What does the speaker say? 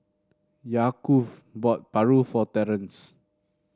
Yaakov bought paru for Terance